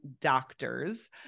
doctors